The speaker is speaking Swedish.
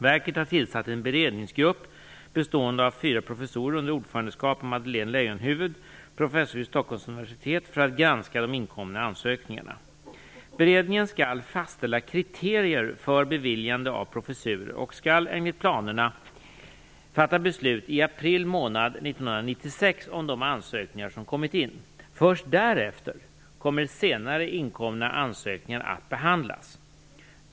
Verket har tillsatt en beredningsgrupp bestående av fyra professorer under ordförandeskap av Madeleine Leijonhufvud, professor vid Stockholms universitet, för att granska de inkomna ansökningarna. Beredningen skall fastställa kriterier för beviljandet av professurer och skall enligt planerna fatta beslut i april månad 1996 om de ansökningar som kommit in. Först därefter kommer senare inkomna ansökningar att behandlas.